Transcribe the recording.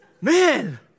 Man